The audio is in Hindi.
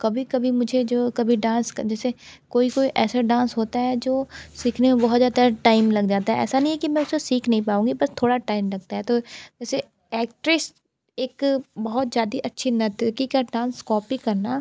कभी कभी मुझे जो कभी डांस का जैसे कोई कोई ऐसा डांस होता है जो सीखने में बहुत ज़्यादा टाइम लग जाता है ऐसा नहीं है कि मैं उसे सीख नहीं पाऊँगी बस थोड़ा टाइम लगता है तो जैसे एक्ट्रेस एक बहुत ज़्यादा अच्छी नर्तकी का डांस कॉपी करना